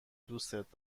دوستت